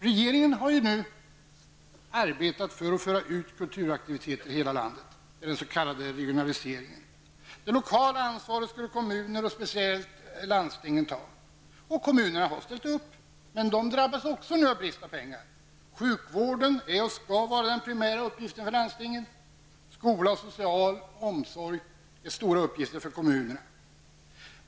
Regeringen har arbetat för att föra ut kulturaktiviteter i hela landet, den s.k. regionaliseringen. Det lokala ansvaret skulle kommuner och speciellt landstingen ta. Kommunerna har ställt upp, men drabbas nu också de av brist på pengar. Sjukvården är och skall vara den primära uppgiften för landstingen. Skola och social omsorg är stora uppgifter för kommunerna.